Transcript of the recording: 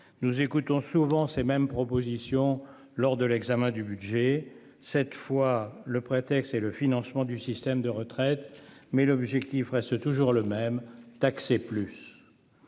nous écoutons souvent ces mêmes propositions lors de l'examen du budget. Cette fois le prétexte et le financement du système de retraite. Mais l'objectif reste toujours le même taxer plus.